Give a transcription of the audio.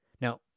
Now